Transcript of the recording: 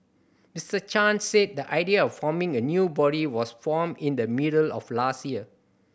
Mister Chan said the idea of forming a new body was formed in the middle of last year